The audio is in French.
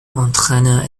entraîneur